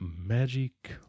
Magic